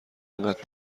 اینقدر